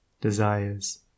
desires